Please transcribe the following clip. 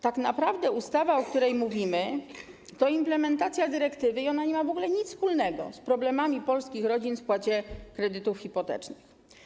Tak naprawdę ustawa, o której mówimy, to implementacja dyrektywy i ona nie ma w ogóle nic wspólnego z problemami polskich rodzin ze spłatą kredytów hipotecznych.